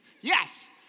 Yes